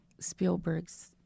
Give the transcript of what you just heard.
Spielberg's